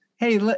Hey